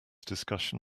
discussion